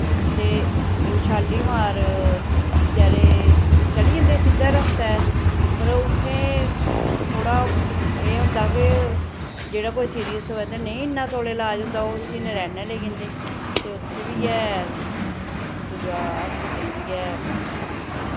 ते ओह् शालीमार बचारे चली जन्दे सिद्धे रस्ते पर उत्थै थोह्ड़ा एह् होंदा के जेह्ड़ा कोई सीरियस होऐ ते नेईं इन्ना तौले लाज होंदा ओ उसी नारायणा लेई जन्दे ते उत्थै बी ऐ दूआ हास्पिटल ऐ